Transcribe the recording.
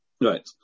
Right